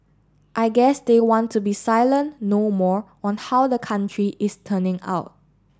I guess they want to be silent no more on how the country is turning out